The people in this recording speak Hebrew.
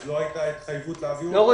אז לא הייתה התחייבות להעביר אותו,